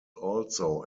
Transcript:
also